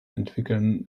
entwickeln